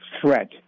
threat